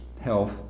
health